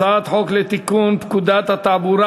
הצעת חוק לתיקון פקודת התעבורה